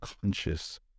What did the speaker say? conscious